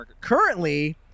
Currently